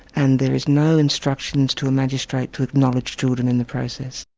and there is no instructions to a magistrate to acknowledge children in the process.